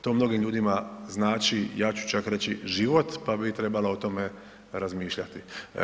To mnogim ljudima znači, ja ću čak reći, život, pa bi trebalo o tome razmišljati.